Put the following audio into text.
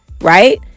right